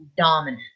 dominant